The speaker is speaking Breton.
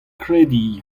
krediñ